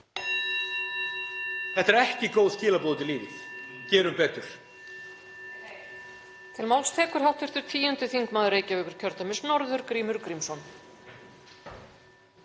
Þetta eru ekki góð skilaboð út í lífið. Gerum betur.